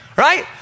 Right